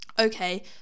okay